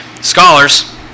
scholars